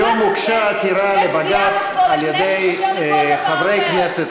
היום הוגשה עתירה לבג"ץ על-ידי חברי כנסת,